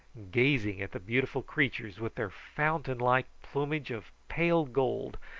gazing at the beautiful creatures with their fountain-like plumage of pale gold,